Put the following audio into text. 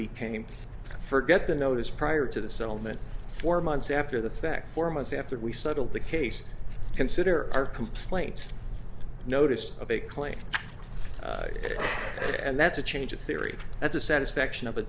became to forget the notice prior to the settlement four months after the fact four months after we settled the case consider our complaint notice a big claim and that's a change of theory at the satisfaction of a